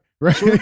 right